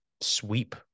sweep